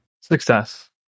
Success